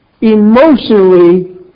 emotionally